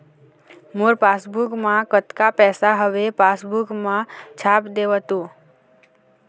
मोर passbook मा कतका पैसा हवे पासबुक मा छाप देव तो?